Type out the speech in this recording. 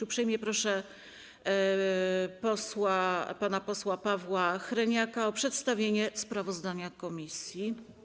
Uprzejmie proszę pana posła Pawła Hreniaka o przedstawienie sprawozdania komisji.